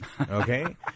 okay